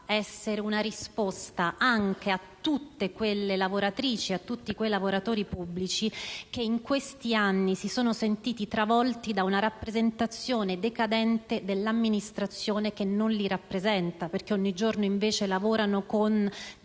essere una risposta anche per tutte quelle lavoratrici e per quei lavoratori pubblici che in questi anni si sono sentiti travolti da una rappresentazione decadente dell'amministrazione che non li rispecchia, perché ogni giorno lavorano con